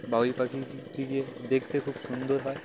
বাবুই পাখিটি গিয়ে দেখতে খুব সুন্দর হয়